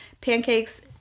pancakes